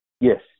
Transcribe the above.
Yes